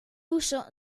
uso